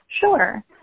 Sure